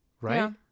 right